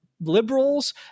liberals